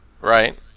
Right